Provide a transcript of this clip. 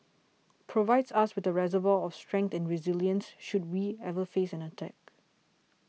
provides us with a reservoir of strength and resilience should we ever face an attack